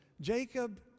Jacob